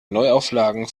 neuauflagen